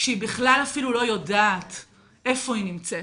כשהיא בכלל אפילו לא יודעת איפה היא נמצאת.